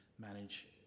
manage